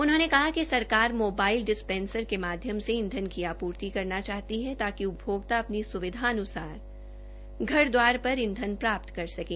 उन्होंने कहा कि सरकार मोबाइल डिसपैंसर के माध्यम से ईंधन की आपूर्ति करना चाहती ह ताकि उपभोक्ता अपनी स्विधा अनुसार घर दवार पर ईंधन प्राप्त कर सकें